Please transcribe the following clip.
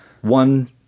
one